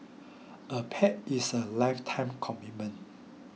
a pet is a lifetime commitment